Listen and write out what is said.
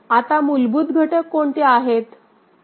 आता मूलभूत घटक कोणते आहेत